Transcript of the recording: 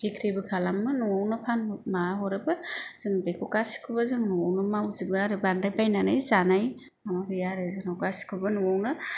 बिख्रिबो खालामो न'आवनो माबा हरोबो जों बेखौ गासिखौबो न'आवनो मावजोबो आरो बांद्राय बायनानै जानाय माबा गैया आरो जोंनाव गासिखौबो न'आवनो